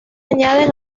añaden